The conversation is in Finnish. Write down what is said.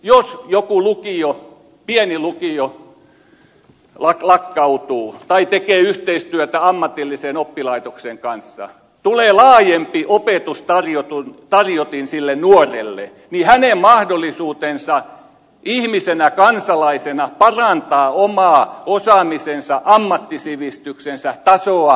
jos joku pieni lukio lakkautuu tai tekee yhteistyötä ammatillisen oppilaitoksen kanssa tulee laajempi opetustarjotin sille nuorelle niin hänen mahdollisuutensa ihmisenä ja kansalaisena parantaa omaa osaamisensa ja ammattisivistyksensä tasoa paranee